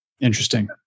Interesting